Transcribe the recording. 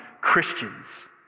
Christians